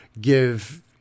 give